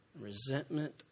resentment